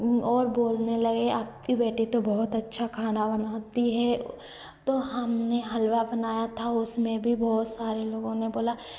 उन और बोलने लगे आपकी बेटी तो बहुत अच्छा खाना बनाती है तो हमने हलवा बनाया था उसमें भी बहुत सारे लोगों ने बोला